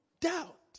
doubt